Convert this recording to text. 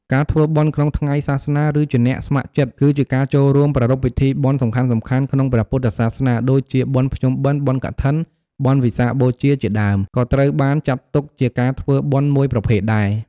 ការធ្វើបុណ្យក្នុងថ្ងៃសាសនាឬជាអ្នកស្ម័គ្រចិត្ត គឺជាការចូលរួមប្រារព្ធពិធីបុណ្យសំខាន់ៗក្នុងព្រះពុទ្ធសាសនា ដូចជាបុណ្យភ្ជុំបិណ្ឌ បុណ្យកឋិន បុណ្យវិសាខបូជា ជាដើម ក៏ត្រូវបានចាត់ទុកជាការធ្វើបុណ្យមួយប្រភេទដែរ។